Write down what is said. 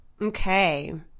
Okay